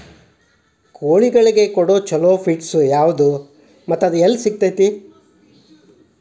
ಕೋಳಿಗಳಿಗೆ ಕೊಡುವ ಛಲೋ ಪಿಡ್ಸ್ ಯಾವದ ಮತ್ತ ಅದ ಎಲ್ಲಿ ಸಿಗತೇತಿ?